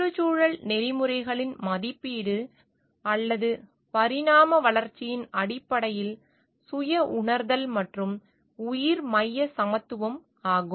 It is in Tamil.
சுற்றுச்சூழல் நெறிமுறைகளின் மதிப்பீடு அல்லது பரிணாம வளர்ச்சியின் அடிப்படையில் சுய உணர்தல் மற்றும் உயிர் மைய சமத்துவம் ஆகும்